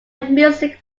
music